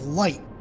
light